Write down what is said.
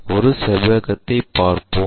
ஒரு செவ்வகத்தைப் பார்ப்போம்